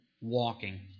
walking